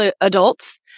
adults